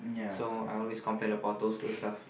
so I always complain about those two stuff